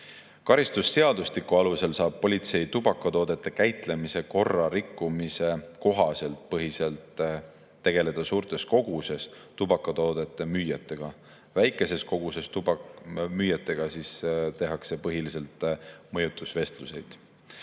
Karistusseadustiku alusel saab politsei tubakatoodete käitlemise korra rikkumist [käsitleva paragrahvi] kohaselt põhiliselt tegeleda suurtes kogustes tubakatoodete müüjatega. Väikeses koguses tubakatoodete müüjatega tehakse põhiliselt mõjutusvestlusi.